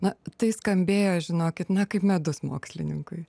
na tai skambėjo žinokit na kaip medus mokslininkui